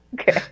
Okay